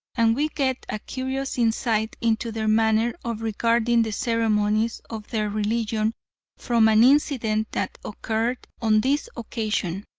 and we get a curious insight into their manner of regarding the ceremonies of their religion from an incident that occurred on this occasion.